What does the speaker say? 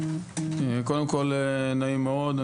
קודם כול, נעים מאוד.